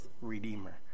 Redeemer